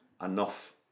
Enough